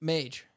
Mage